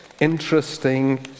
interesting